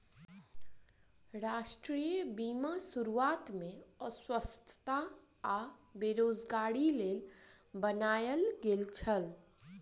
राष्ट्रीय बीमा शुरुआत में अस्वस्थता आ बेरोज़गारीक लेल बनायल गेल छल